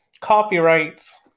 Copyrights